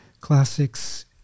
classics